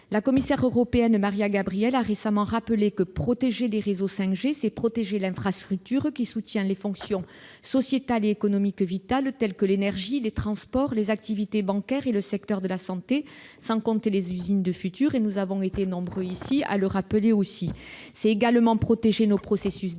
La commissaire européenne Mariya Gabriel l'a récemment rappelé : protéger les réseaux 5G, c'est protéger l'infrastructure qui soutient diverses fonctions sociétales et économiques vitales telles que l'énergie, les transports, les activités bancaires et le secteur de la santé, sans compter les usines du futur. Dans cet hémicycle, nous avons été nombreux à dresser le même constat. C'est également protéger nos processus